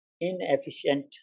inefficient